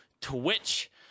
twitch